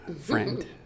friend